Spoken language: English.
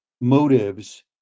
motives